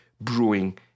brewing